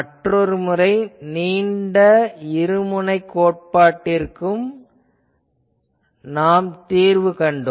மற்றொரு முறை நீண்ட இருமுனைக் கோட்பாட்டிற்கும் நாம் தீர்வு கண்டோம்